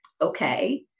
okay